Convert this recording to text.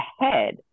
ahead